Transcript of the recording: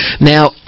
Now